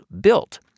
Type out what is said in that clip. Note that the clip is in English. BUILT